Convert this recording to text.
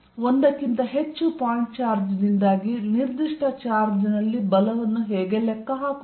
ಒಂದಕ್ಕಿಂತ ಹೆಚ್ಚು point charge ನಿಂದಾಗಿ ನಿರ್ದಿಷ್ಟ ಚಾರ್ಜ್ನಲ್ಲಿ ಬಲವನ್ನು ಹೇಗೆ ಲೆಕ್ಕ ಹಾಕುವುದು